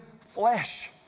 flesh